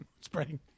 spreading